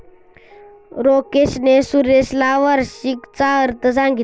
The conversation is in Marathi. राकेशने सुरेशला वार्षिकीचा अर्थ सांगितला